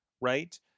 right